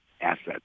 assets